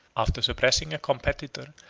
after suppressing a competitor,